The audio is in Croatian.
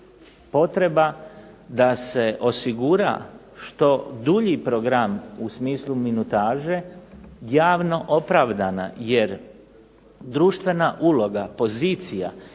potreba da se osigura što dulji program u smislu minutaže javno opravdana jer društvena uloga, pozicija i